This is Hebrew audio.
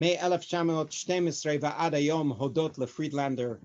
‫מ-1912 ועד היום הודות לפרידלנדר.